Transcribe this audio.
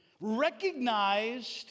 recognized